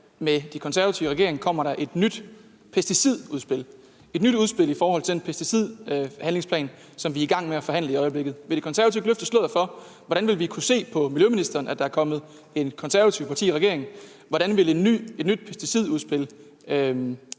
med De Konservative i regering kommer der et nyt pesticidudspil, et nyt udspil i forhold til den pesticidhandlingsplan, som vi er i gang med at forhandle i øjeblikket. Vil Konservative ikke løfte sløret for, hvordan vi vil kunne se på miljøministeren, at der er kommet et konservativt parti i regeringen? Hvordan vil et nyt pesticidudspil